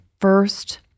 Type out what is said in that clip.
first